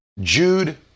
Jude